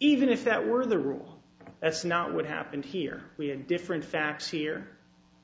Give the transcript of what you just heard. even if that were the rule that's not what happened here we have different facts here